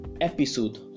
episode